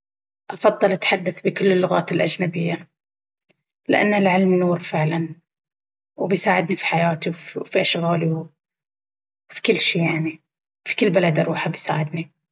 أفضل أتحدث بكل اللغات الأجنبية لأن العلم نور فعلا وبيساعدني في حياتي وفي أشغالي وفي كل شي يعني... في كل بلد أروحه بيساعدني.